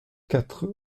quatre